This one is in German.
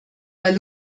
weil